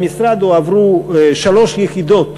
למשרד הועברו שלוש יחידות